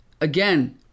again